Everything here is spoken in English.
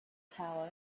tower